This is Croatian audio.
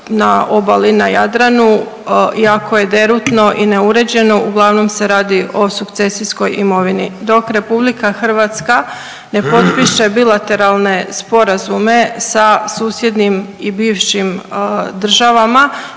na obali na Jadranu jako je derutno i neuređeno uglavnom se radi o sukcesijskoj imovini. Dok RH ne potpiše bilateralne sporazume sa susjednim i bivšim državama